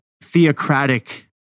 theocratic